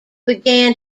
began